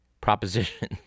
proposition